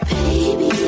Baby